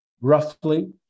roughly